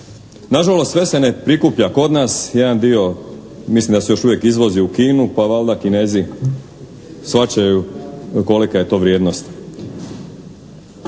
Nažalost, sve se ne prikuplja kod nas. Jedan dio mislim da se još uvijek izvozi u Kinu pa valjda Kinezi shvaćaju kolika je to vrijednost.